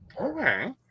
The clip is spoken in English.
Okay